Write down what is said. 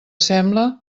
sembla